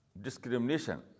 discrimination